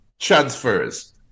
Transfers